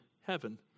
heaven